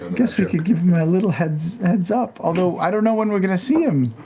guess we could give him him a little heads heads up, although i don't know when we're going to see him.